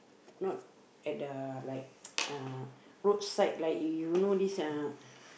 not at the like uh roadside like you know this uh